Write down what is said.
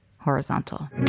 horizontal